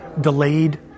delayed